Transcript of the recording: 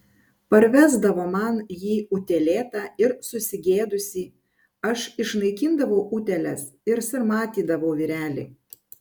parvesdavo man jį utėlėtą ir susigėdusį aš išnaikindavau utėles ir sarmatydavau vyrelį